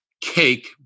Cake